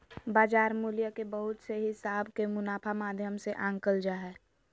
बाजार मूल्य के बहुत से हिसाब के मुनाफा माध्यम से आंकल जा हय